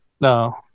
No